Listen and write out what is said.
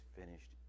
finished